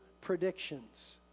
predictions